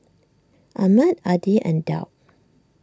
Ahmad Adi and Daud